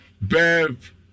bev